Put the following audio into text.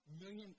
million